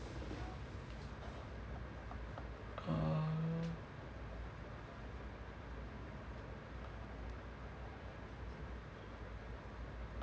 uh